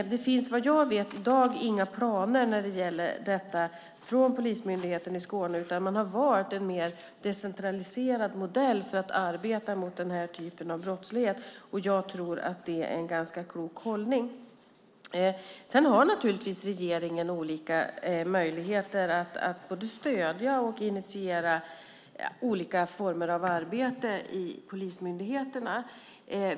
Såvitt jag vet finns det i dag inga planer när det gäller detta från Polismyndigheten i Skåne, utan man har valt en mer decentraliserad modell för att arbeta mot denna typ av brottslighet. Jag tror att det är en ganska klok hållning. Regeringen har naturligtvis olika möjligheter att både stödja och initiera olika former av arbete i polismyndigheterna.